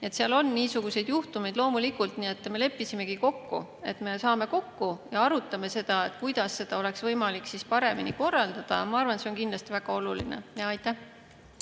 Seal on niisuguseid juhtumeid, loomulikult. Me leppisimegi kokku, et me saame kokku ja arutame, kuidas seda oleks võimalik paremini korraldada. Ma arvan, et see on kindlasti väga oluline. Aitäh!